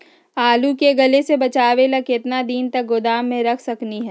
आलू के गले से बचाबे ला कितना दिन तक गोदाम में रख सकली ह?